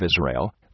Israel